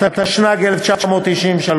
התשנ"ג 1993,